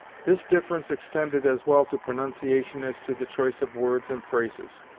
this difference extended as well to pronunciation as to the choice of words and phrases.